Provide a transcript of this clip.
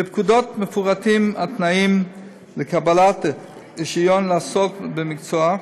בפקודות מפורטים התנאים לקבלת רישיון לעסוק במקצוע,